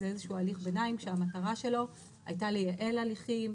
זה איזשהו הליך ביניים שהמטרה שלו הייתה לייעל הליכים,